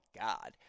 god